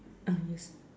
ah yes